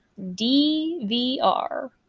dvr